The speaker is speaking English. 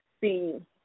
See